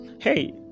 hey